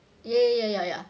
ya ya ya ya